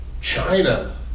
China